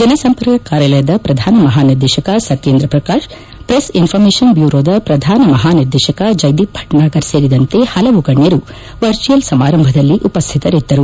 ಜನಸಂಪರ್ಕ ಕಾರ್ಯಾಲಯದ ಪ್ರಧಾನ ಮಹಾನಿರ್ದೇಶಕ ಸತ್ಯೇಂದ್ರ ಪ್ರಕಾಶ್ ಪ್ರೆಸ್ ಇನ್ಸಾರ್ಮೇಶನ್ ಬ್ಯೂರೋದ ಪ್ರಧಾನ ಮಹಾನಿರ್ದೇಶಕ ಜೈದೀಪ್ ಭಟ್ನಾಗರ್ ಸೇರಿದಂತೆ ಹಲವು ಗಣ್ಯರು ವರ್ಚುವಲ್ ಸಮಾರಂಭದಲ್ಲಿ ಉಪಸ್ಥಿತರಿದ್ದರು